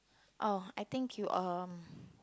oh I think you are